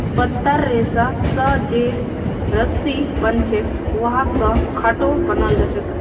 पत्तार रेशा स जे रस्सी बनछेक वहा स खाटो बनाल जाछेक